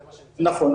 נכון.